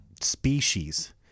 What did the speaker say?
species